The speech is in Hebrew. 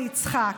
ליצחק.